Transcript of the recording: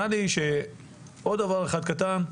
עוד דבר אחד קטן.